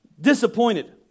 disappointed